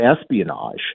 espionage